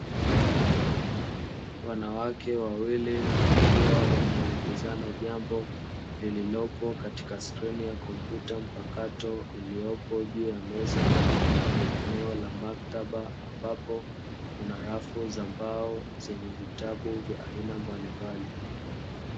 Wanawake wawili wakiwa wanaelekezana jambo lililopo katika skrini ya komputa mpakato, iliyopo juu ya meza kwenye eneo la maktaba ambapo kuna rafu za mbao zenye vitabu vya aina mbalimbli.